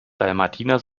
dalmatiner